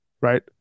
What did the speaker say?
Right